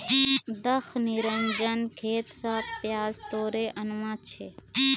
दख निरंजन खेत स प्याज तोड़े आनवा छै